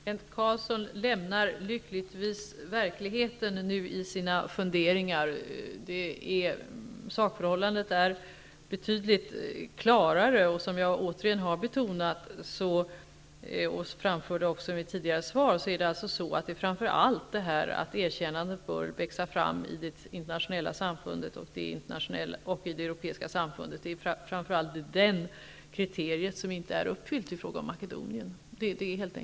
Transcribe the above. Herr talman! Kent Carlsson lämnar nu lyckligtvis verkligheten i sina funderingar. Sakförhållandet är i verkligheten betydligt klarare. Som jag tidigare har betonat och också framförde i mitt svar bör erkännandet växa fram i det internationella samfundet och i det europeiska samfundet. Det är framför allt det kriteriet som inte är uppfyllt i fråga om Makedonien.